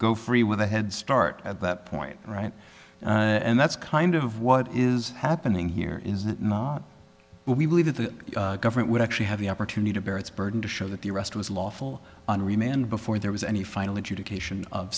go free with a head start at that point right and that's kind of what is happening here is that not we believe that the government would actually have the opportunity to bear its burden to show that the arrest was lawful on remand before there was any final adjudication of